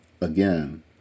again